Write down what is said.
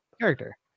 character